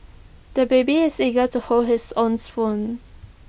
the baby is eager to hold his own spoon